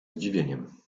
zdziwieniem